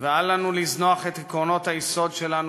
ואל לנו לזנוח את עקרונות היסוד שלנו,